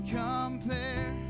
compare